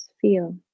feel